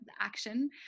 action